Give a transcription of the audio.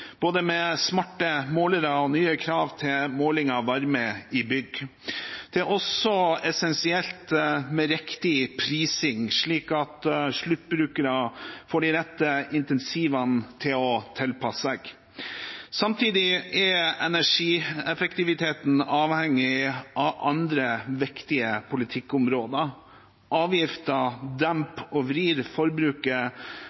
både med smarte målere og med nye krav til måling av varme i bygg. Det er også essensielt med riktig prising, slik at sluttbrukere får de rette incentivene til å tilpasse seg. Samtidig er energieffektiviteten avhengig av andre viktige politikkområder. Avgifter